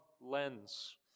lens